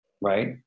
right